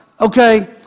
okay